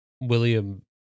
William